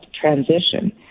transition